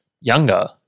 younger